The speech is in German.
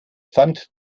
pfand